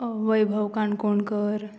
Vaibhav Kankonkar